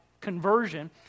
conversion